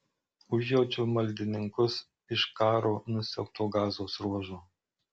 užjaučiu maldininkus iš karo nusiaubto gazos ruožo